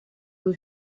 who